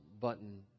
button